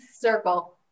circle